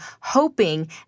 hoping